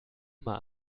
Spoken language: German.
immer